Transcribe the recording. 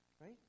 right